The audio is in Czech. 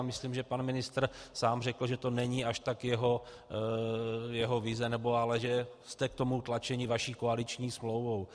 A myslím, že pan ministr sám řekl, že to není až tak jeho vize, ale že jste k tomu tlačeni vaší koaliční smlouvou.